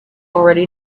already